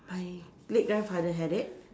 my late grandfather had it